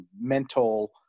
mental